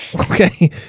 Okay